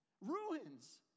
Ruins